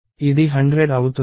ఇది 100 అవుతుంది